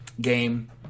game